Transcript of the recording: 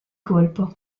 colpo